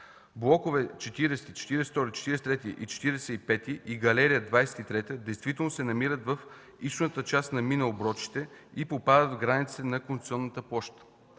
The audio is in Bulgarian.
Блокове 40, 42, 43 и 45 и галерия 23 действително се намират в източната част на мина „Оброчище” и попадат в границите на концесионната площ.